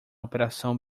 operação